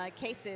cases